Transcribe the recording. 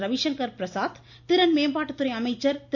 ரவிசங்கர் பிரசாத் திறன் மேம்பாட்டு துறை அமைச்சர் திரு